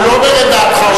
הוא לא אומר את דעתך,